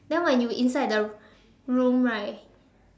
then when you inside the room right